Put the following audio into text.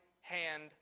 hand